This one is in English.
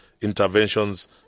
interventions